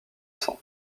sang